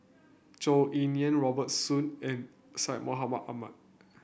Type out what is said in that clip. Zhou Ying Nan Robert Soon and Syed Mohamed Ahmed